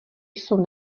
jsou